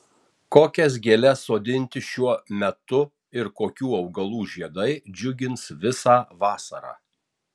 kokias gėles sodinti šiuo metu ir kokių augalų žiedai džiugins visą vasarą